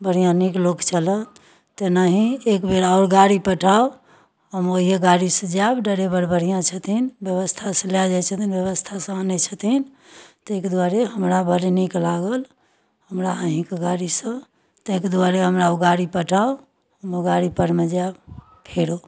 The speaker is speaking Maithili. बढ़िआँ नीक लोक छलाह तेनाही एक बेर आओर गाड़ी पठाउ हम ओहिए गाड़ी सँ जायब ड्राइवर बढ़िऑं छथिन व्यवस्था सँ लऽ जाइ छथिन व्यवस्था सँ आनै छथिन ताहि कऽ दुआरे हमरा बड़ नीक लागल हमरा अहिंके गाड़ी सँ ताहि के दुआरे हमरा ओ गाड़ी पठाउ हम ओ गाड़ी पर मे जायब फेरो